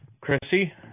Chrissy